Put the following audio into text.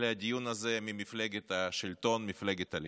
לדיון הזה ממפלגת השלטון, מפלגת הליכוד.